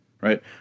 right